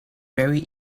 marry